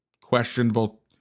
questionable